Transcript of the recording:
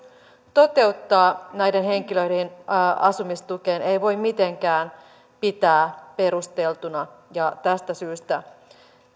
toteuttaa näiden henkilöiden asumistukeen ei voi mitenkään pitää perusteltuna tästä syystä